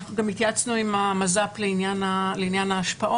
ואנחנו גם התייעצנו עם המז"פ לעניין ההשפעות.